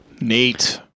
Nate